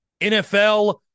NFL